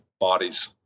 bodies